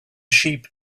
sheep